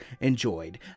enjoyed